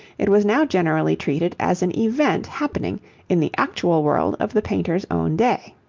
it was now generally treated as an event happening in the actual world of the painter's own day.